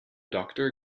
doctor